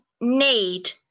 need